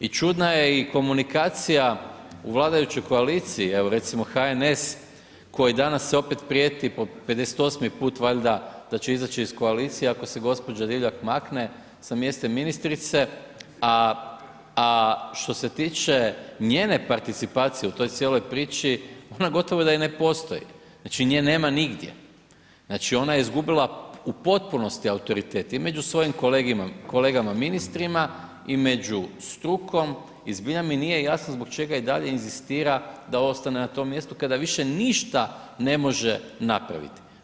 I čudna je i komunikacija u vladajućoj koaliciji, evo recimo HNS koji danas se opet prijeti pod 58. put valjda da će izaći iz koalicije ako se gđa. Divjak makne sa mjesta ministrice a što se tiče njene participacije u toj cijeloj priči, ona gotovo da i ne postoji, znači nje nema nigdje, znači ona je izgubila u potpunosti autoritet i među svojim kolegama ministrima i među strukom i zbilja mi nije jasno zbog čega i dalje inzistira da ostane na tom mjestu kada više ništa ne može napraviti.